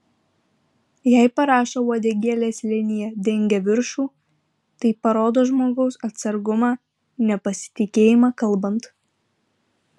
jei parašo uodegėlės linija dengia viršų tai parodo žmogaus atsargumą nepasitikėjimą kalbant